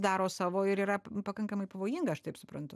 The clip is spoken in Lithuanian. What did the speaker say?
daro savo ir yra pakankamai pavojinga aš taip suprantu